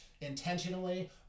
intentionally